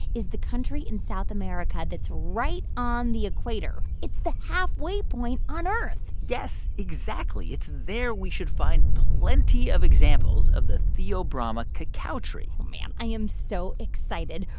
is the country in south america that's right on the equator. it's the halfway point on earth yes, exactly. it's there we should find plenty of examples of the theobroma cacao tree oh, man, i am so excited.